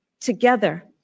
together